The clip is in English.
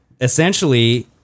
essentially